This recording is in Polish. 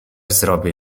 zrobię